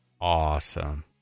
Awesome